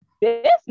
business